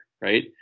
right